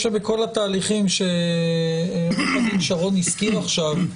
בכל התהליכים שעורך הדין שרון הזכיר עכשיו,